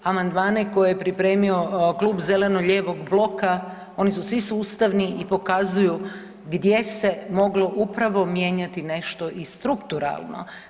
Amandmane koje je pripremio Klub zeleno-lijevog bloka oni su svi sustavni i pokazuju gdje se moglo upravo mijenjati nešto i strukturalno.